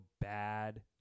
bad